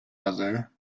other